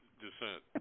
dissent